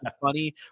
funny